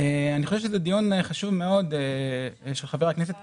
אני חושב שזה דיון חשוב מאוד של חבר הכנסת כסיף,